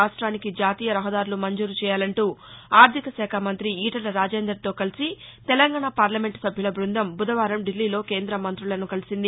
రాష్ట్రానికి జాతీయ రహదారులు మంజూరు చేయాలంటూ ఆర్థిక మంతి ఈటల రాజేందర్తో కలిసి తెలంగాణ పార్లమెంట్ సభ్యుల బృందం బుధవారం ఢిల్లీలో కేంద్ర మంత్రులను కలిసింది